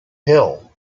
hill